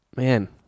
Man